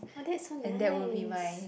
!wah! that's so nice